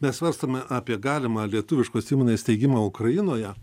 mes svarstome apie galimą lietuviškos įmonės steigimą ukrainoje